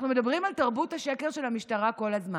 אנחנו מדברים על תרבות השקר של המשטרה כל הזמן,